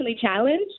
challenged